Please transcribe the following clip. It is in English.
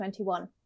2021